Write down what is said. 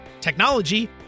technology